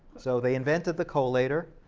so they invented the collator,